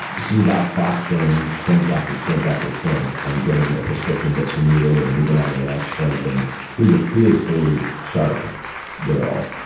she was outfoxing shrink after shrink after shrink, and getting the prescriptions that she needed and moving on to the next shrink. and she was a fiercely sharp girl.